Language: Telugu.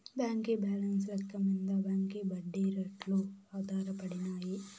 బాంకీ బాలెన్స్ లెక్క మింద బాంకీ ఒడ్డీ రేట్లు ఆధారపడినాయి